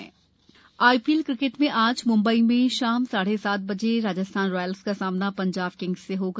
आई ीएल IPL cricket में आज म्म्बई में शाम साढ़े सात बजे राजस्थान रॉयल्स का सामना ंजाब किंग्स से होगा